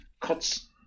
cuts